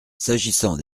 s’agissant